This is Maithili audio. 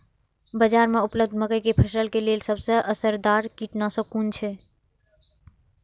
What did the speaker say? बाज़ार में उपलब्ध मके के फसल के लेल सबसे असरदार कीटनाशक कुन छै?